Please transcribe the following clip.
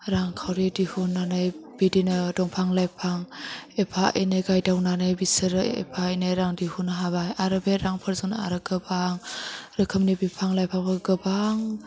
रां खावरि दिहुनानै बिदिनो दंफां लाइफां एफा एनै गायदावनानै बिसोरो एफा एनै रां दिहुनो हाबाय आरो बे रांफोरजोंनो आरो गोबां रोखोमनि बिफां लाइफांफोरखौ गोबां